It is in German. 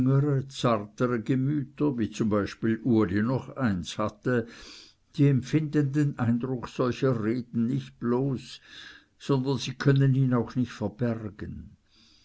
gemüter wie zum beispiel uli noch eins hatte die empfinden den eindruck solcher reden nicht bloß sondern sie können ihn auch nicht verbergen